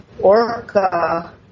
orca